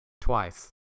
twice